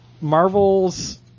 Marvel's